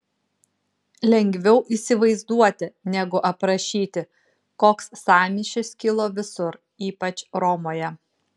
lengviau įsivaizduoti negu aprašyti koks sąmyšis kilo visur ypač romoje